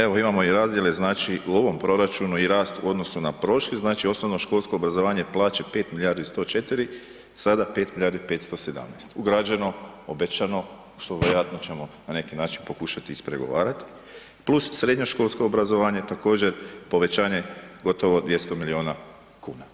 Evo imamo i razdjele, znači u ovom proračunu i rast u odnosu na prošli, znači osnovnoškolsko obrazovanje plaće 5 milijardi 104, sada 5 milijardi 517, ugrađeno, obećano, što vjerojatno ćemo na neki način pokušati ispregovarati plus srednjoškolsko obrazovanje, također povećanje gotovo 200 milijuna kuna.